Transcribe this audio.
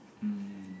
mm